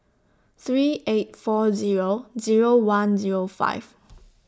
three eight four Zero Zero one Zero five